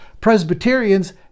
Presbyterians